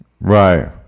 Right